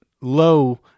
low